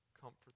comfort